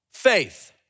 Faith